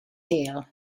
hill